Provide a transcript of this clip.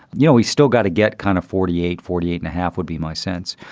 you know, he's still got to get kind of forty eight, forty eight and a half would be my sense.